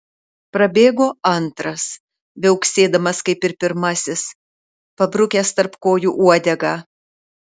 prabėgo antras viauksėdamas kaip ir pirmasis pabrukęs tarp kojų uodegą